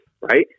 right